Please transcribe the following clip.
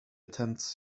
attempts